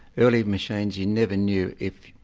early machines, you never knew if,